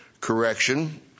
correction